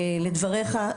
לדבריך,